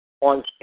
On